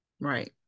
right